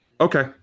Okay